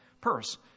purse